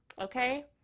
Okay